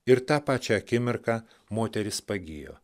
ir tą pačią akimirką moteris pagijo